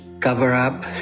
cover-up